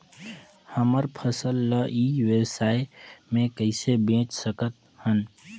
हमर फसल ल ई व्यवसाय मे कइसे बेच सकत हन?